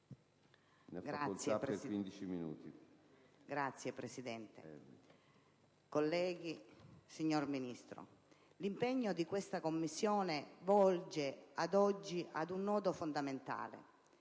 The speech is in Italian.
Signor Presidente, colleghi, signor Ministro, l'impegno di questa Commissione volge ad oggi ad un nodo fondamentale.